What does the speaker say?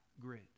grid